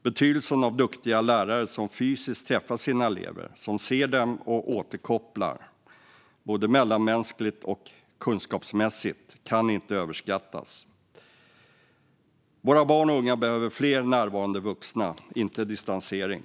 Betydelsen av duktiga lärare som fysiskt träffar sina elever, som ser dem och återkopplar både mellanmänskligt och kunskapsmässigt, kan inte överskattas. Våra barn och unga behöver fler närvarande vuxna, inte distansering.